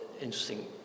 interesting